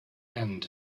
end